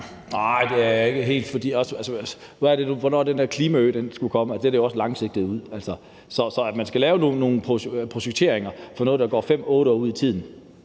Nej, det er jeg ikke helt. For hvornår er det nu, at den der klimaø skulle komme? Altså, der ser det jo også langsigtet ud. Så at man skal lave nogle projekteringer for noget, der går 5 år, 8 år ud i tiden,